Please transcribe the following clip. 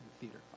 theater